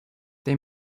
they